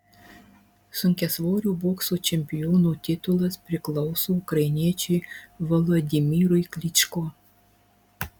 sunkiasvorių bokso čempiono titulas priklauso ukrainiečiui volodymyrui klyčko